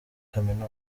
kaminuza